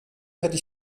hätte